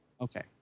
Okay